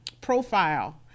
profile